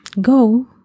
go